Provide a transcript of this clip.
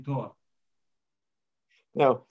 Now